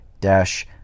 dash